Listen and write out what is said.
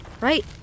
Right